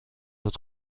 فود